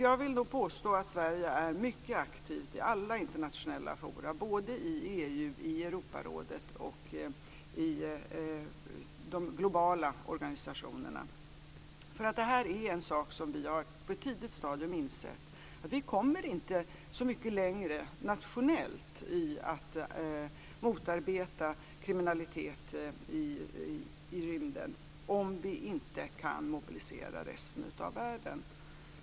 Jag vill påstå att Sverige är mycket aktivt i alla internationella fora, både i EU, i Europarådet och i de globala organisationerna. Vi har på ett tidigt stadium insett att vi inte kommer så mycket längre nationellt när det gäller att motarbeta kriminalitet i rymden om vi inte kan mobilisera resten av världen.